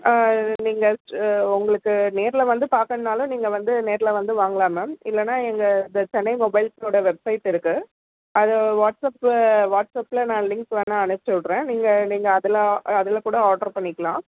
நீங்கள் உங்களுக்கு நேரில் வந்து பார்க்கணுனாலும் நீங்கள் வந்து நேரில் வந்து வாங்கலாம் மேம் இல்லைன்னா எங்கள் த சென்னை மொபைல்ஸோடய வெப்சைட் இருக்குது அது வாட்ஸ்அப்பு வாட்ஸ்அப்பில் நான் லிங்க் வேணுணா அனுப்பிச்சிவுட்றேன் நீங்கள் நீங்கள் அதில் அதுலேக்கூட ஆர்ட்ரு பண்ணிக்கலாம்